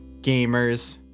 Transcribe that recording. gamers